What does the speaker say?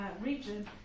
region